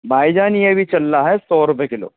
بھائی جان یہ ابھی چل رہا ہے سو روپے کیلو